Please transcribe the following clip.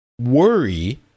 worry